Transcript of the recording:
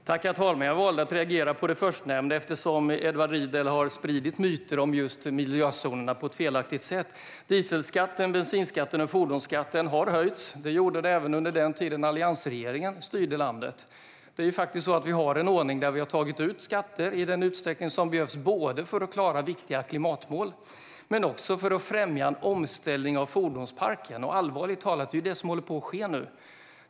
Herr talman! Jag valde att reagera på det förstnämnda, eftersom Edward Riedl har spridit myter om just miljözonerna på ett felaktigt sätt. Dieselskatten, bensinskatten och fordonsskatten har höjts. Det gjordes även under den tiden alliansregeringen styrde landet. Vi har en ordning där vi har tagit ut skatter i den utsträckning som behövs både för att klara viktiga klimatmål och för att främja en omställning av fordonsparken. Allvarligt talat är det vad som nu håller på att ske.